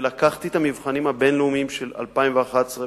ולקחתי את המבחנים הבין-לאומיים של 2011,